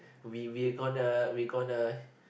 we we're gonna we gonna